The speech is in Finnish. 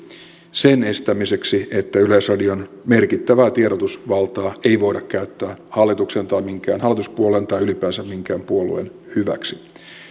sen estämiseksi että yleisradion merkittävää tiedotusvaltaa ei voida käyttää hallituksen tai minkään hallituspuolueen tai ylipäänsä minkään puolueen hyväksi